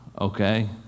Okay